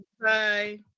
Bye